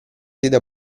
sede